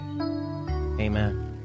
Amen